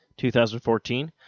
2014